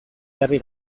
jarri